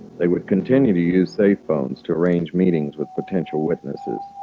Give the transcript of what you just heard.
they would continue to use safe phones to arrange meetings with potential witnesses